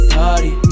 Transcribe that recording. party